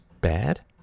bad